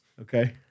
Okay